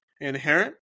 Inherent